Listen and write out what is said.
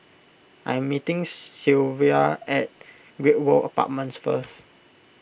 I'm meeting Sylva at Great World Apartments first